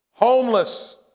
Homeless